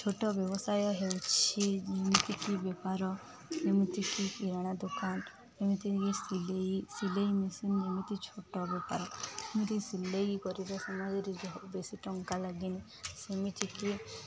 ଛୋଟ ବ୍ୟବସାୟ ହେଉଛି ଯେମିତିକି ବେପାର ଯେମିତି କି କିରାଣା ଦୋକାନ ଏମିତି କି ସିଲେଇ ସିଲେଇ ମେସିନ୍ ଏମିତି ଛୋଟ ବେପାର ଯେମିତି ସିଲେଇ କରିବା ସମୟରେ ବେଶୀ ଟଙ୍କା ଲାଗେନି ସେମିତିକି